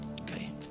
okay